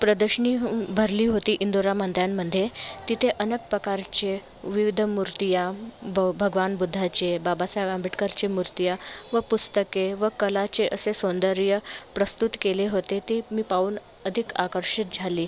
प्रदर्शनी भरली होती इंदोरा मैदानामध्ये तिथे अनेक प्रकारचे विविध मूर्तीयाँ ब भगवान बुद्धाचे बाबासाहेब आंबेडकरचे मूर्तीयाँ व पुस्तके व कलाचे असे सौंदर्य प्रस्तुत केले होते ते मी पाहून अधिक आकर्षित झाले